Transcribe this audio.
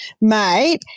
mate –